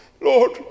Lord